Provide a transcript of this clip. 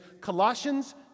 Colossians